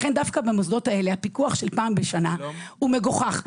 לכן דווקא במוסדות האלה פיקוח של פעם בשנה הוא מגוחך.